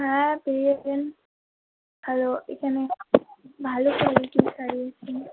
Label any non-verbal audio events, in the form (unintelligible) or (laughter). হ্যাঁ পেয়ে যাবেন হ্যালো এখানে (unintelligible) ভালো (unintelligible) কোয়ালিটির (unintelligible) শাড়ি (unintelligible)